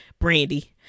brandy